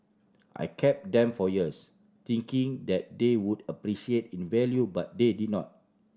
I kept them for years thinking that they would appreciate in value but they did not